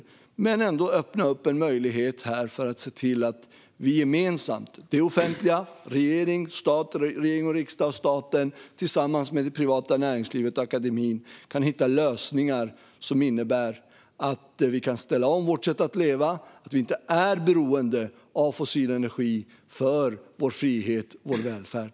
Men man måste ändå öppna upp en möjlighet här för att se till att vi gemensamt - det offentliga, regering, riksdag och staten, tillsammans med det privata näringslivet och akademin - kan hitta lösningar som innebär att vi kan ställa om vårt sätt att leva, så att vi inte är beroende av fossil energi för vår frihet och för vår välfärd.